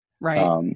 Right